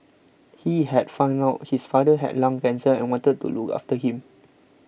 he had found out his father had lung cancer and wanted to look after him